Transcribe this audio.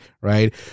right